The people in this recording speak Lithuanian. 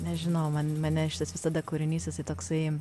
nežinau mane šitas visada kūrinys jisai toksai